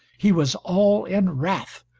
he was all in wrath.